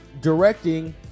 directing